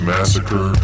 Massacre